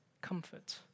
comfort